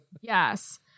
yes